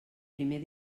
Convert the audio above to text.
primer